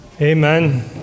amen